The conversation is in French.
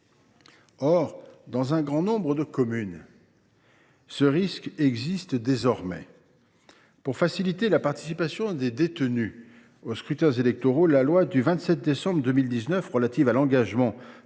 Or, dans un grand nombre de communes, ce risque existe désormais. Pour faciliter la participation des détenus aux scrutins électoraux, la loi du 27 décembre 2019 relative à l’engagement